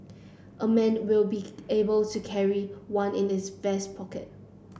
a man will be able to carry one in his vest pocket